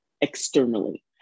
externally